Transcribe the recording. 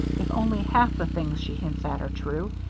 if only half the things she hints at are true,